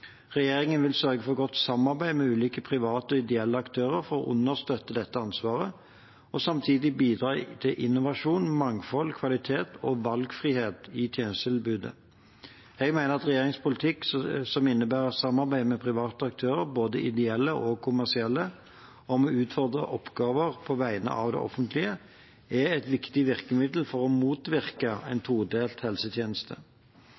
Regjeringen vil sørge for godt samarbeid med ulike private og ideelle aktører for å understøtte dette ansvaret og samtidig bidra til innovasjon, mangfold, kvalitet og valgfrihet i tjenestetilbudet. Jeg mener at regjeringens politikk, som innebærer samarbeid med private aktører, både ideelle og kommersielle, om å utføre oppgaver på vegne av det offentlige, er et viktig virkemiddel for å motvirke en